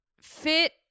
fit